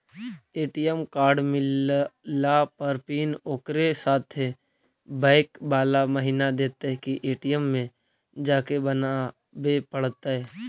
ATM card मिलला पर pin ओकरे साथे बैक बाला महिना देतै कि ए.टी.एम में जाके बना बे पड़तै?